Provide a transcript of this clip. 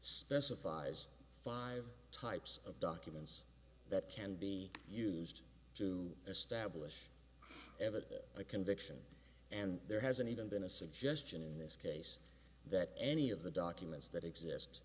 specifies five types of documents that can be used to establish evidence a conviction and there hasn't even been a suggestion in this case that any of the documents that exist